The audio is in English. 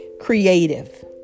creative